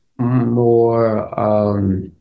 more